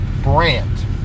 brand